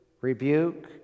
rebuke